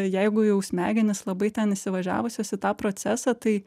jeigu jau smegenys labai ten įsivažiavusios į tą procesą tai